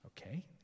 Okay